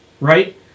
right